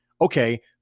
okay